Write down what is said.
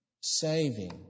saving